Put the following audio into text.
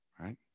Right